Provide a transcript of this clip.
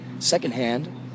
secondhand